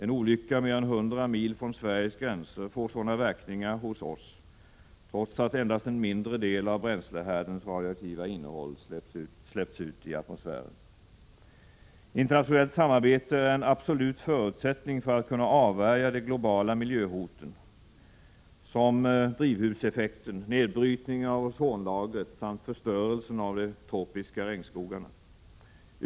En olycka mer än etthundra mil från Sveriges gränser får sådana verkningar hos oss, trots att endast en mindre del av bränslehärdens radioaktiva innehåll släpps ut i atmosfären. Internationellt samarbete är en absolut förutsättning för att man skall kunna avvärja de globala miljöhoten, såsom drivhuseffekten, nedbrytningen av ozonlagret samt förstörelsen av de tropiska regnskogarna.